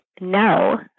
no